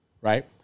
Right